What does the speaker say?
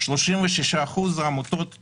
36% עמותות